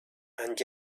and